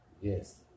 Yes